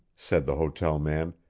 said the hotel man,